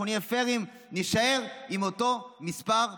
אנחנו נהיה פיירים, נישאר עם אותו מספר מיליארדים.